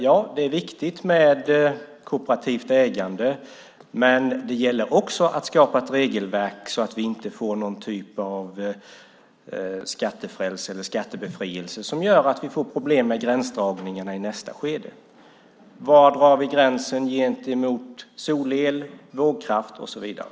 Ja, det är viktigt med kooperativt ägande, men det gäller också att skapa ett regelverk så att det inte blir någon typ av skattefrälse eller skattebefrielse som gör att vi får problem med gränsdragningen i nästa skede. Var drar vi gränsen gentemot solel, vågkraft och så vidare?